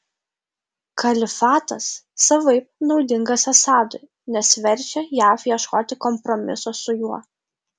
kalifatas savaip naudingas assadui nes verčia jav ieškoti kompromiso su juo